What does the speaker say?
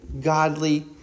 godly